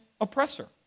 oppressor